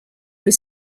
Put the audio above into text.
was